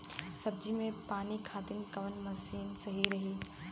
सब्जी में पानी खातिन कवन मशीन सही रही?